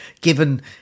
Given